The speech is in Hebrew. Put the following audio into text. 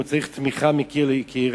הוא צריך תמיכה מקיר לקיר,